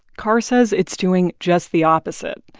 carr says it's doing just the opposite.